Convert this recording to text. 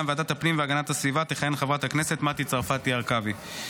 ועדת הפנים והגנת הסביבה תכהן חברת הכנסת מטי צרפתי הרכבי.